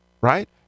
right